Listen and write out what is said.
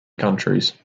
countries